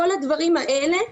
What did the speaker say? כל הדברים האלה,